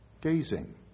gazing